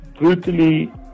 brutally